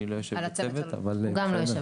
אני לא יושב בצוות, אבל לא משנה.